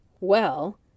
Well